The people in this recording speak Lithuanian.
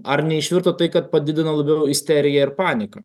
ar neišvirto tai kad padidino labiau isteriją ir paniką